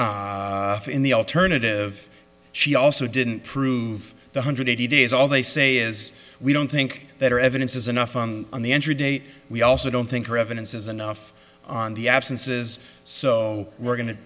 if in the alternative she also didn't prove one hundred eighty days all they say is we don't think that or evidence is enough on the entry date we also don't think her evidence is enough on the absences so we're going to